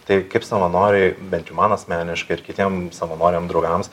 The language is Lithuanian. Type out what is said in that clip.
taip kaip savanoriai bent jau man asmeniškai ir kitiem savanoriam draugams